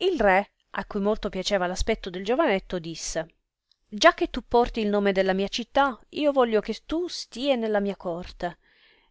il re a cui molto piaceva aspetto del giovanetto disse già che tu porti il nome della mia città io voglio che tu stie nella mia corte